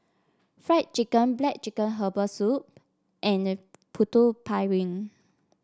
Fried Chicken black chicken Herbal Soup and Putu Piring